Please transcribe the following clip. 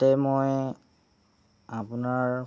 তাতে মই আপোনাৰ